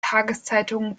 tageszeitung